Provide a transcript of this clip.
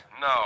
No